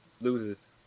loses